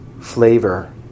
flavor